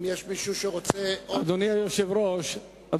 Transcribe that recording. אם יש מישהו שרוצה עוד לומר משהו, בבקשה.